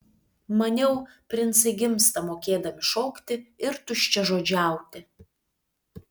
maniau princai gimsta mokėdami šokti ir tuščiažodžiauti